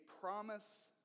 promise